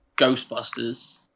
Ghostbusters